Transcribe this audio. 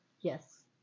Yes